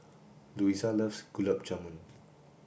Louisa loves Gulab Jamun